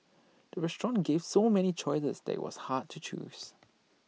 the restaurant gave so many choices that IT was hard to choose